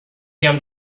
بگم